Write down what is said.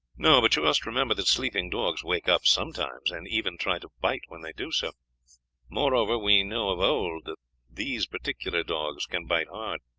no, but you must remember that sleeping dogs wake up sometimes, and even try to bite when they do so moreover we know of old that these particular dogs can bite hard.